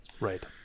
Right